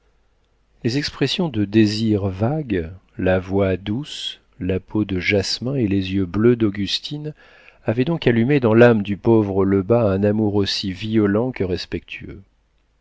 les expressions de désir vague la voix douce la peau de jasmin et les yeux bleus d'augustine avaient donc allumé dans l'âme du pauvre lebas un amour aussi violent que respectueux